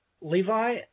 Levi